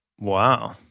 Wow